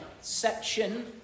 section